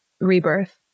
rebirth